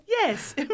Yes